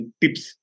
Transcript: tips